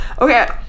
Okay